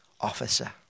officer